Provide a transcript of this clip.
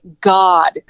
god